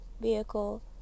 vehicle